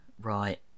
Right